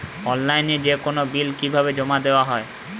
অনলাইনে যেকোনো বিল কিভাবে জমা দেওয়া হয়?